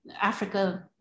Africa